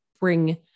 bring